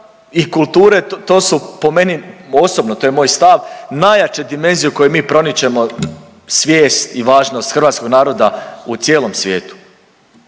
i kulture to su po meni osobno to je moj stav najjače dimenzije u koje mi proničemo svijest i važnost hrvatskog naroda u cijelom svijetu.